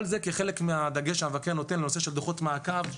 כל זה כחלק מהדגש שהמבקר נותן לנושא של דוחות מעקב,